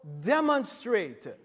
demonstrate